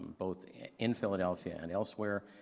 both in philadelphia and elsewhere.